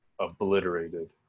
obliterated